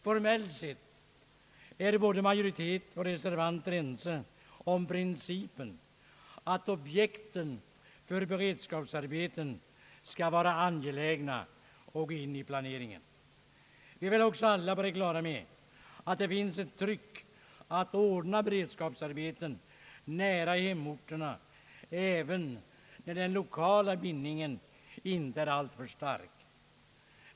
Formellt sett är både majoritet och reservanter ense om principen att objekten för beredskapsarbeten skall vara angelägna och gå in i planeringen. Vi är väl också alla på det klara med att det finns ett tryck att ordna beredskapsarbeten nära hemorterna, även när den lokala bindningen inte är alltför stark.